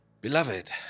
Beloved